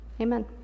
Amen